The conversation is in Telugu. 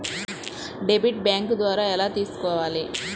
డెబిట్ బ్యాంకు ద్వారా ఎలా తీసుకోవాలి?